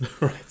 Right